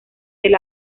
del